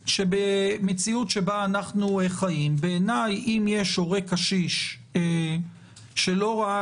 במציאות שבה אנחנו חיים בעיניי אם יש הורה קשיש שלא ראה